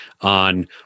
on